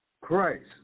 Christ